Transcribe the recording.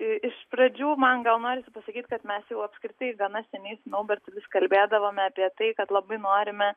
iš pradžių man gal norisi pasakyt kad mes jau apskritai gana seniai su naubertu vis kalbėdavome apie tai kad labai norime